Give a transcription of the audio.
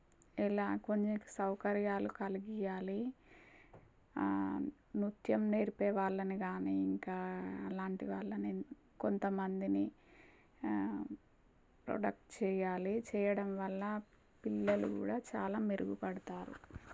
ఇలా కొన్ని సౌకర్యాలు కలిగియ్యాలి నృత్యం నేర్పే వాళ్ళని గానీ ఇంకా అలాంటి వాళ్ళని కొంతమందిని ప్రోడక్ట్ చెయ్యాలి చెయ్యడం వల్ల పిల్లలు కూడా చాలా మెరుగుపడతారు